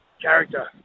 character